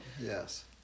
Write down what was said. Yes